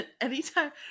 anytime